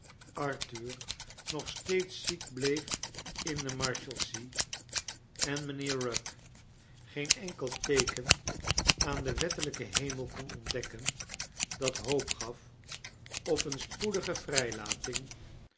arthur nog steeds ziek bleef in de marshalsea en mijnheer eugg geen enkel teeken aan den wettelijken hemel kon ontdekken dat hoop gaf op een spoedige vrijlating